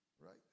right